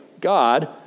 God